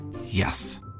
Yes